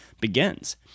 begins